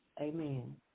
Amen